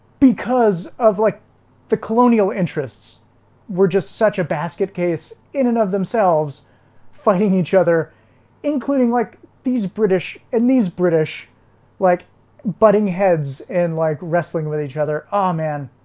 because of like the colonial interests were just such a basket case in and of themselves fighting each other including like these british and these british like budding heads and like wrestling with each other. oh man,